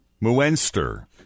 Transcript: Muenster